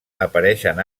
apareixen